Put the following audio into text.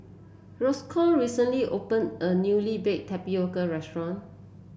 Roscoe recently opened a newly Baked Tapioca restaurant